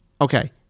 okay